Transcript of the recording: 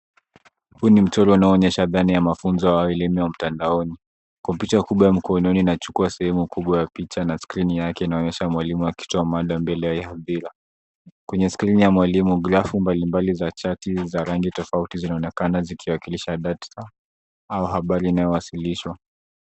Huyu ni mchoro unaoonyesha dhana ya mafunzo au elimu ya mtandaoni. Kompyuta kubwa ya mkononi inachukua sehemu kubwa ya picha na skrini yake inaonyesha mwalimu akitoa mada mbele ya hadhira. Kwenye skrini ya mwalimu grafu mbalimbali ya chati za rangi tofauti zinaonekana zikiwakilisha data au habari inayowasilishwa.